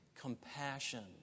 compassion